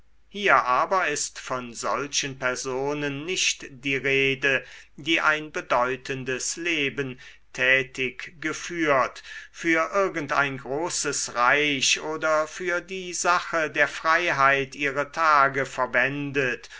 hier aber ist von solchen personen nicht die rede die ein bedeutendes leben tätig geführt für irgend ein großes reich oder für die sache der freiheit ihre tage verwendet